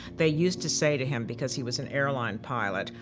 they used to say to him, because he was an airline pilot,